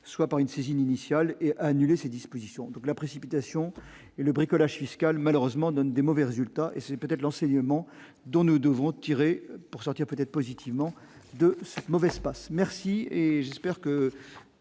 soit par une saisine initiale et annulé ces dispositions comme la précipitation et le bricolage fiscal malheureusement donne des mauvais résultats et c'est peut-être l'enseignement dont nous devons tirer pour sortir peut-être positivement de mauvaise passe merci et j'espère que